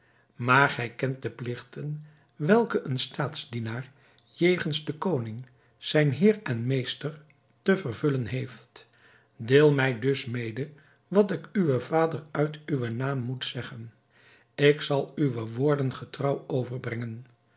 maar gij kent de pligten welke een staatsdienaar jegens den koning zijn heer en meester te vervullen heeft deel mij dus mede wat ik uwen vader uit uwen naam moet zeggen ik zal uwe woorden getrouw overbrengen